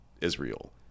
Israel